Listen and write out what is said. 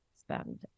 spend